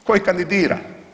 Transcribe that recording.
Tko ih kandidira?